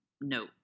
no